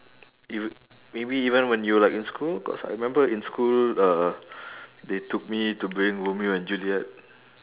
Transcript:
you maybe even when you're like in school cause I remember in school uh they took me to romeo and juliet